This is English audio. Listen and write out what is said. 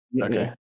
Okay